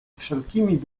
wszelkimi